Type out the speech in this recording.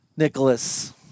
Nicholas